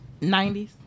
90s